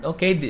Okay